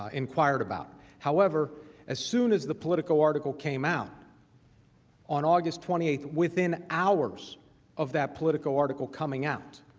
ah inquire about however as soon as the political article came out on august twenty eight within hours of that political article coming out